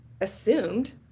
assumed